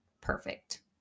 perfect